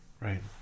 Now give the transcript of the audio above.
Right